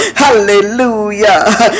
hallelujah